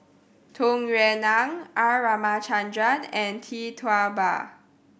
Tung Yue Nang R Ramachandran and Tee Tua Ba